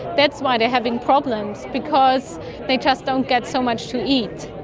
that's why they're having problems, because they just don't get so much to eat.